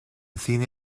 cine